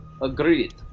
Agreed